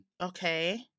okay